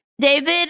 David